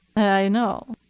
i know.